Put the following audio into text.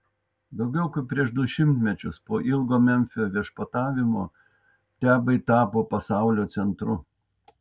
daugiau kaip prieš du šimtmečius po ilgo memfio viešpatavimo tebai tapo pasaulio centru